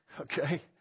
Okay